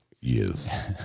Yes